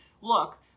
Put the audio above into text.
look